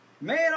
man